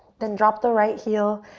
then drop the right heel,